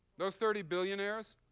those thirty billionaires,